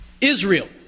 Israel